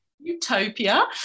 utopia